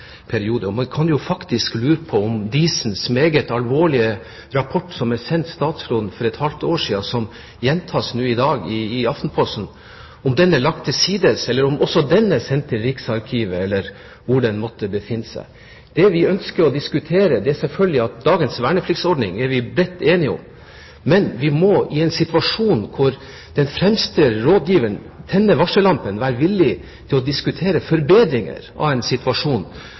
Man kan jo faktisk lure på om Diesens meget alvorlige rapport, som er sendt statsråden for et halvt år siden, og som gjentas i dag i Aftenposten, er lagt til side, eller om også den er sendt til Riksarkivet, eller hvor den måtte befinne seg. Vi er bredt enige om dagens vernepliktsordning, men når den fremste rådgiveren tenner varsellampen, må vi være villig til å diskutere forbedringer av en situasjon som så til de grader er definert av tidligere forsvarssjef. Vil statsråden ta et initiativ til å dele sine tanker om forbedringer